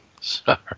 Sorry